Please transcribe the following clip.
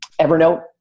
Evernote